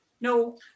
No